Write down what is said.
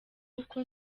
uko